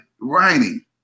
writing